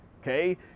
okay